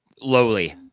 Lowly